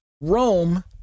Rome